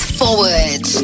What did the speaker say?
forward